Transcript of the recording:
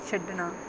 ਛੱਡਣਾ